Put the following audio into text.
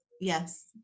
Yes